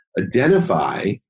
identify